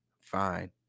fine